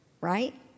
right